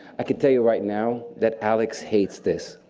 i can tell you right now that alex hates this,